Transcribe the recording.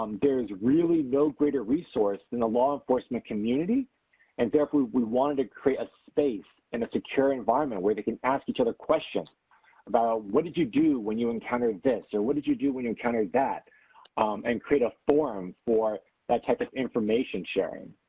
um there is really no greater resource in the law enforcement community and therefore we wanted to create a space in a secure environment where they can ask each other questions about what did you do when you encountered this or what did you do when you encountered that and create a forum for that type of information sharing.